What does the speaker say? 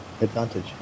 advantage